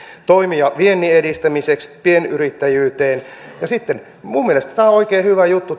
toimia viennin edistämiseksi pienyrittäjyyteen ja sitten minun mielestäni tämä veronalennus on oikein hyvä juttu